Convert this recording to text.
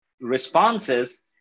responses